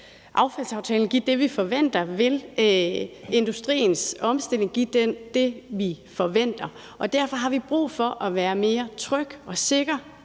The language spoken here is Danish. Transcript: affaldsaftalen give det, vi forventer? Vil industriens omstilling give det, vi forventer? Derfor har vi brug for at være mere trygge, sikre